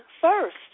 first